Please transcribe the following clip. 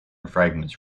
fragments